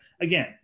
again